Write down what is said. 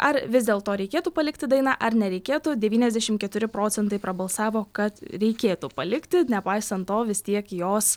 ar vis dėl to reikėtų palikti dainą ar nereikėtų devyniasdešimt keturi procentai prabalsavo kad reikėtų palikti nepaisant to vis tiek jos